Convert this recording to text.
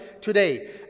today